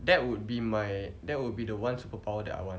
that would be my that would be the one superpower that I want